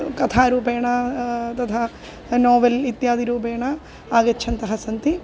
कथारूपेण तथा नोवेल् इत्यादिरूपेण आगच्छन्तः सन्ति